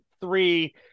three